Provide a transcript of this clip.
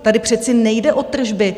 Tady přece nejde o tržby.